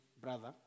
brother